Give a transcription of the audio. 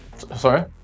Sorry